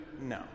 No